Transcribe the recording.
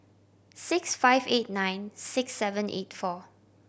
six five eight nine six seven eight four